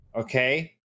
Okay